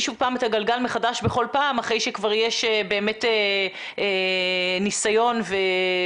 שוב פעם את הגלגל מחדש בכל פעם אחרי שכבר יש באמת ניסיון ומסקנות.